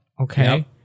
okay